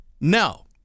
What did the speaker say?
no